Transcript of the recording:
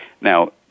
Now